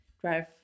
drive